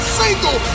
single